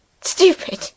stupid